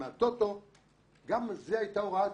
ברגע שאני מסכים עם אסי, משהו לא טוב קורה.